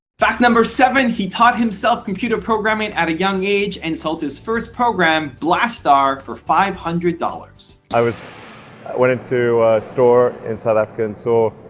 fact number seven, he taught himself computer programming at a young age and sold his first program blast star for five hundred dollars. i was went into a store in south africa and saw